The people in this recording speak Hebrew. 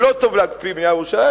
זה לא טוב להקפיא בנייה בירושלים,